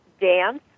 dance